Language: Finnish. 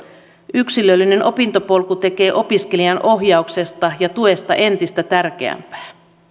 yksilöllinen opintopolku tekee opiskelijan ohjauksesta ja tuesta entistä tärkeämpää